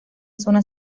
zona